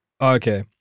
okay